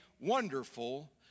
Wonderful